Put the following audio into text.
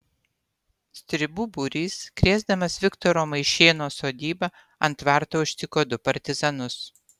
stribų būrys krėsdamas viktoro maišėno sodybą ant tvarto užtiko du partizanus